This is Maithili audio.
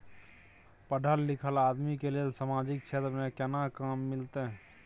पढल लीखल आदमी के लेल सामाजिक क्षेत्र में केना काम मिलते?